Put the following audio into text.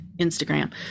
Instagram